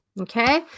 Okay